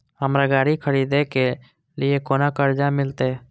हमरा गाड़ी खरदे के लिए कर्जा केना मिलते?